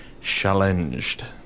challenged